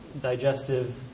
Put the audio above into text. digestive